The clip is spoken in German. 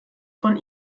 von